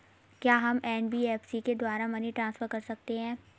क्या हम एन.बी.एफ.सी के द्वारा मनी ट्रांसफर कर सकते हैं?